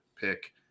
pick